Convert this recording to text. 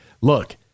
Look